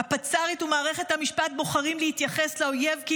הפצ"רית ומערכת המשפט בוחרים להתייחס לאויב כאילו